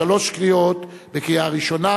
בשלוש קריאות: בקריאה ראשונה,